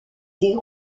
des